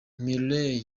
mireille